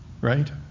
right